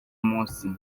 munsi